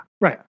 Right